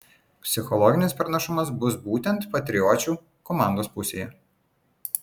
psichologinis pranašumas bus būtent patriočių komandos pusėje